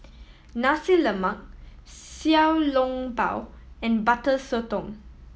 Nasi Lemak Xiao Long Bao and Butter Sotong